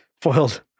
foiled